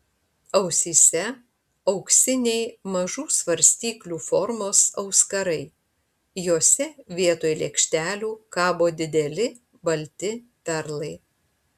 ausyse auksiniai mažų svarstyklių formos auskarai jose vietoj lėkštelių kabo dideli balti perlai